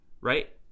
right